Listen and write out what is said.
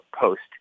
post